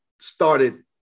started